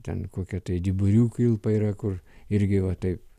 ten kokia tai dyburių kilpa yra kur irgi va taip